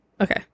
Okay